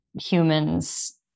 humans